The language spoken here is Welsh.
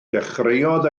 dechreuodd